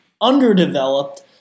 underdeveloped